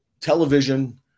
television